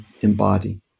embody